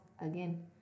again